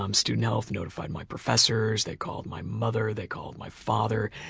um student health, notified my professors, they called my mother, they called my father,